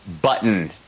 button